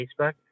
Facebook